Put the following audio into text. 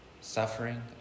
Suffering